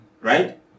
right